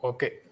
Okay